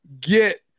get